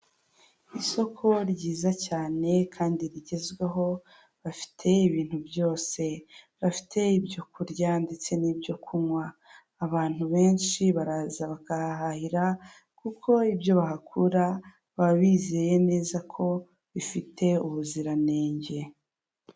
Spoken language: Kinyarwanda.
Famili inshuwarensi, iyi ngiyi ni ubwishingizi bw'umuryango wawe ku bihereranye n'indwara, amashuri ndetse n'ibindi bitandukanye, urugero amazu nk'imirima n'ibindi.